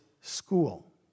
school